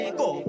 go